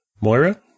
Moira